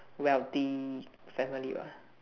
wealthy family what